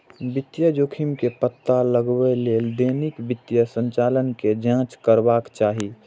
वित्तीय जोखिम के पता लगबै लेल दैनिक वित्तीय संचालन के जांच करबाक चाही